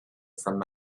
from